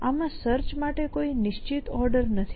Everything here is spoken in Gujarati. આમાં સર્ચ માટે કોઈ નિશ્ચિત ઓર્ડર નથી